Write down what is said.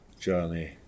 journey